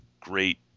great